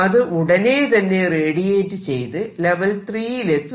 അത് ഉടനെ തന്നെ റേഡിയേറ്റ് ചെയ്ത് ലെവൽ 3 ൽ എത്തുന്നു